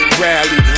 rally